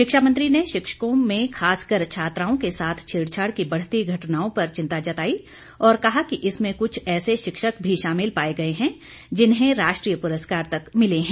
शिक्षा मंत्री ने शिक्षकों में खासकर छात्राओं के साथ छेड़छाड़ की बढ़ती घटनाओं पर चिंता जताई और कहा कि इसमें कुछ ऐसे शिक्षक भी शामिल पाए गए हैं जिन्हें राष्ट्रीय पुरस्कार तक मिले हैं